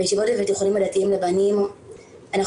בישיבות ובתיכוניים הדתיים לבנים אנחנו